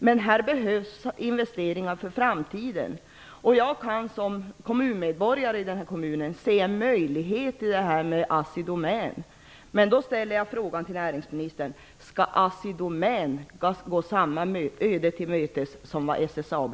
Men där behövs investeringar för framtiden. Jag kan som kommunmedborgare i den berörda kommunen se möjligheter med AssiDomän. Skall AssiDomän gå samma öde till mötes som SSAB?